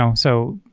um so,